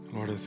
Lord